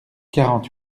quarante